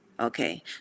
Okay